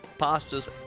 pastas